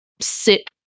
sit